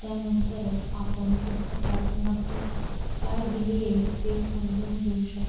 त्यानंतरच आपण पुस्तकात नक्की काय दिले आहे ते समजून घेऊ शकतो